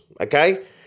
Okay